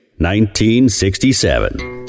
1967